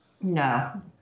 No